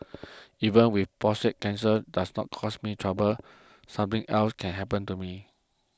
even if prostate cancer does not cause me trouble something else can happen to me